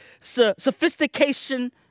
sophistication